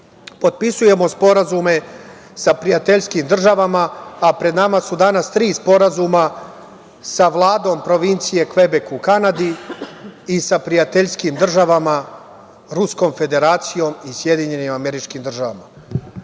Potpisujemo sporazume sa prijateljskim državama, a pred nama su danas tri sporazuma, sa Vladom provincije Kvebek u Kanadi i sa prijateljskim državama, Ruskom Federacijom i SAD.Pored podrške za sva